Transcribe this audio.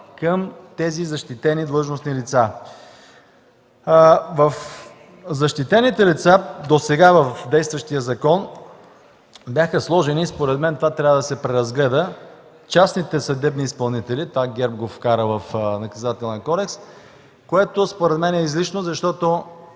към тези защитени длъжностни лица. В защитените лица в досега действащия закон бяха сложени, според мен, това трябва да се преразгледа, частните съдебни изпълнители. Това ГЕРБ го вкара в Наказателния кодекс, което според мен е излишно, защото